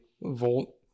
Volt